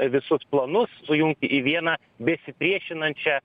visus planus sujungti į vieną besipriešinančią